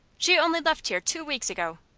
she only left here two weeks ago.